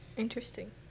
Interesting